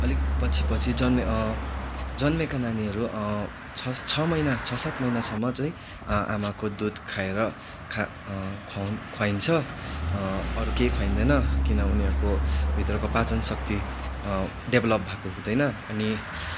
अलिक पछि पछि जन्मिए जन्मिएका नानीहरू छ छ महिना छ सात महिनासम्म चाहिँ आमाको दुध खाएर खा खुवा खुवाइन्छ अरू केही खुवाइँदैन किन उनीहरूको भित्रको पाचन शक्ति डेभल्प भएको हुँदैन अनि